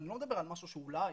אני לא מדבר על משהו שאולי,